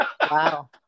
wow